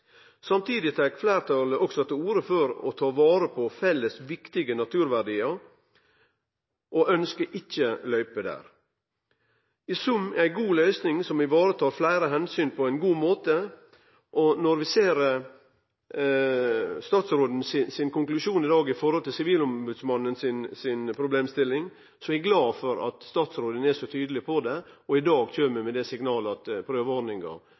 Samtidig tar fleirtalet også til orde for å ta vare på viktige felles naturverdiar og ønskjer ikkje løyper der. I sum er det ei god løysing som varetar fleire omsyn på ein god måte. Når vi ser statsrådens konklusjon i forhold til Sivilombodsmannens problemstilling, er eg glad for at statsråden er så tydeleg og i dag kjem med signal om at